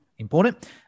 important